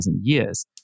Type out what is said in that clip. years